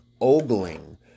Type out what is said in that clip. ogling